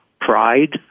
pride